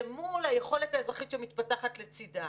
למול היכולת האזרחית שמתפתחת לצידה.